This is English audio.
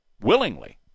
willingly